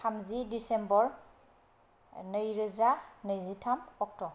थामजि डिसेम्बर नैरोजा नैजिथाम अक्ट'